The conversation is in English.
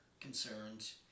concerns